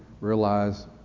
realize